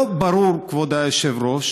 לא ברור, כבוד היושב-ראש